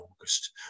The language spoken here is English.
August